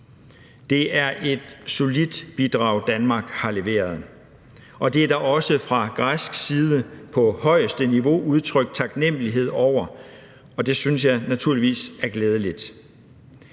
Det er et solidt bidrag, Danmark har leveret, og det er der også fra græsk side på højeste niveau udtrykt taknemlighed over, og det synes jeg naturligvis er glædeligt.